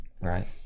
right